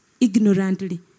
ignorantly